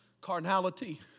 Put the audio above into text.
Carnality